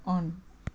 on